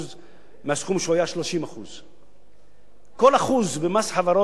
30%. כל 1% במס חברות זה 750 מיליון שקל.